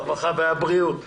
הרווחה והבריאות.